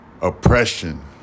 oppression